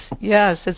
yes